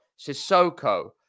Sissoko